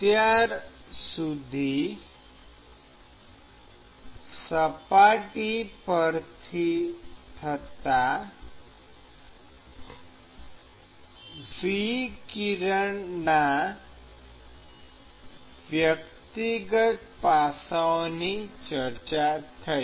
અત્યાર સુધી સપાટી પરથી થતાં વિકિરણના વ્યક્તિગત પાસાઓની ચર્ચા થઈ